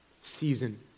season